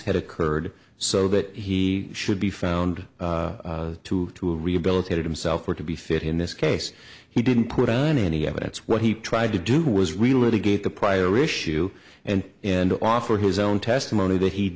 had occurred so that he should be found to to rehabilitate himself or to be fit in this case he didn't put on any evidence what he tried to do was really to get the prior issue and him to offer his own testimony that he